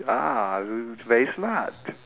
ah very smart